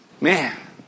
Man